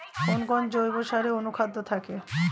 কোন কোন জৈব সারে অনুখাদ্য থাকে?